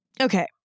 Okay